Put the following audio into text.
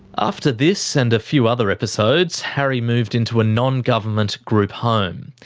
after this and a few other episodes, harry moved into a non-government group home.